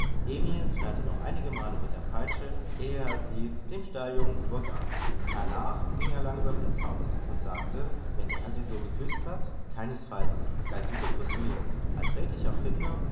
emil knallte noch einigemale mit der peitsche ehe er sie dem stalljungen übergab hernach ging er langsam in's haus und sagte wenn er sie so geküßt hat keinesfalls galt dieser kuß mir als redlicher finder